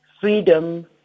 Freedom